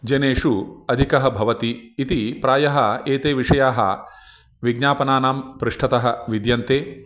जनेषु अधिकः भवति इति प्रायः एते विषयाः विज्ञापनानां पृष्टतः विद्यन्ते